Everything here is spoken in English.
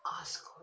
ask